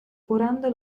curando